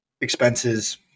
expenses